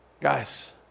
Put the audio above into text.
Guys